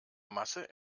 masse